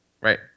Right